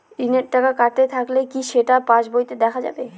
ঋণের টাকা কাটতে থাকলে কি সেটা পাসবইতে দেখা যাবে?